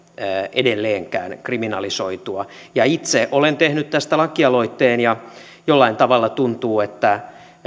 edelleenkään kriminalisoitua itse olen tehnyt tästä lakialoitteen ja jollain tavalla tuntuu että